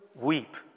weep